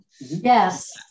Yes